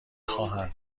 خواهند